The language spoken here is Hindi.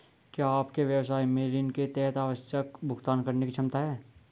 क्या आपके व्यवसाय में ऋण के तहत आवश्यक भुगतान करने की क्षमता है?